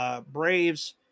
Braves